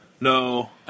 No